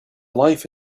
life